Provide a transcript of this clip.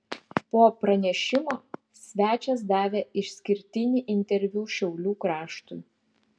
po pranešimo svečias davė išskirtinį interviu šiaulių kraštui